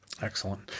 Excellent